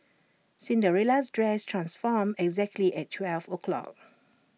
Cinderella's dress transformed exactly at twelve o' clock